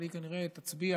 אבל היא כנראה תצביע